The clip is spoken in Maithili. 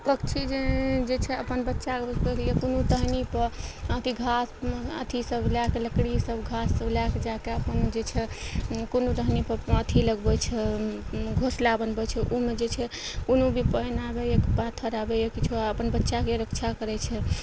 पक्षी जे छै अपन बच्चाके रूपेके लिअ कोनो टहनीपर अथी घास अथी सब लै कऽ लकड़ी सब घाससभ लै कऽ जाकऽ अपन जे छै कोनो टहनीपर अथी लगबइ छै घोसला बनबइ छै उमे जे छै कोनो भी पानि आबय पाथर आबय किछो अपन बच्चाके रक्षा करय छै